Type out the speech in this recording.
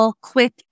quick